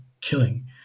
killing